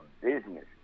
business